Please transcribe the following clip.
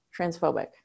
transphobic